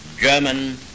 German